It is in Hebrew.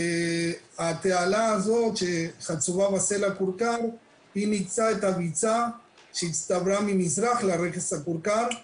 התעלה הזאת שחצובה בסלע כורכר היא מצד הביצה שהצטברה ממזרח לרכס הכורכר,